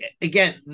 again